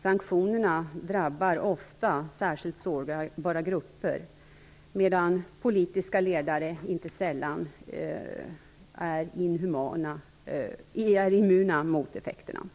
Sanktionerna drabbar ofta särskilt sårbara grupper, medan politiska ledare inte sällan är immuna mot effekterna.